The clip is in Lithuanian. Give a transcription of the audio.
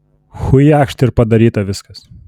chujakšt ir padaryta viskas